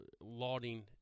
lauding